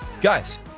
Guys